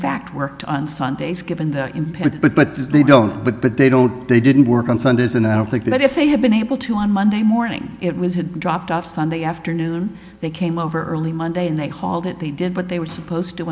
fact worked on sundays given the input but they don't but they don't they didn't work on sundays and i don't think that if they had been able to on monday morning it was had dropped off sunday afternoon they came over early monday and they hauled it they did what they were supposed to